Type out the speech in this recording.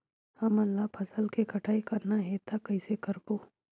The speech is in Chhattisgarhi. हमन ला फसल के कटाई करना हे त कइसे करबो?